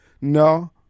No